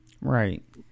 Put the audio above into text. Right